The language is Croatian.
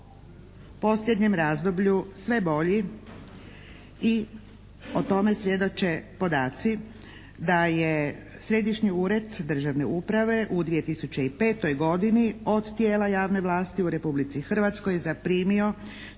u posljednjem razdoblju sve bolji i o tome svjedoče podaci da je Središnji ured državne uprave u 2005. godini od tijela javne vlasti u Republici Hrvatskoj zaprimio